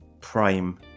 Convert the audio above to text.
prime